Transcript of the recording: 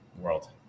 world